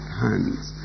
hands